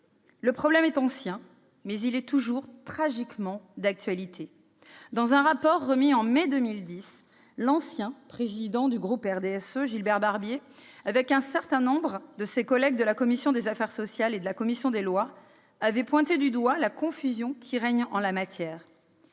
Le problème est ancien, mais il est toujours, tragiquement, d'actualité. Dans un rapport remis en mai 2010, l'ancien président du groupe du RDSE, Gilbert Barbier, avec un certain nombre de ses collègues de la commission des affaires sociales et de la commission des lois, avait pointé du doigt la confusion qui règne en la matière.